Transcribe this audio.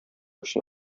өчен